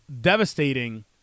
devastating